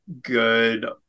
good